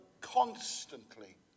constantly